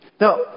Now